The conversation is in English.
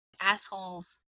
assholes